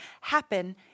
happen